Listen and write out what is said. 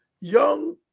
young